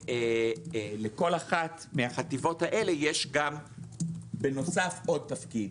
ולכל אחת מהחטיבות האלה יש גם בנוסף עוד תפקיד.